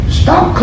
stop